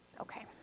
Okay